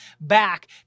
back